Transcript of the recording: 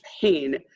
pain